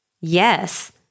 yes